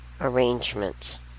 arrangements